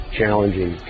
Challenging